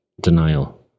denial